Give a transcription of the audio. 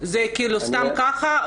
זה סתם ככה?